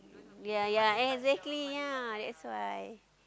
ya ya exactly ya that's why